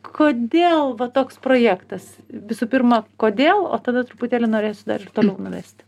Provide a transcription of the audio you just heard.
kodėl va toks projektas visų pirma kodėl o tada truputėlį norėsiu dar ir toliau nuvesti